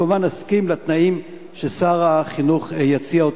כמובן אסכים לתנאים ששר החינוך יציע.